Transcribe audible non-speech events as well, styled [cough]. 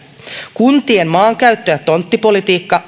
kuntien maankäyttö ja tonttipolitiikka [unintelligible]